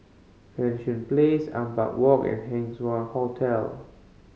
Place Ampang Walk and Wah Hotel